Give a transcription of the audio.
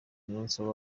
niyonsaba